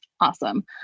awesome